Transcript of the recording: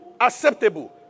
acceptable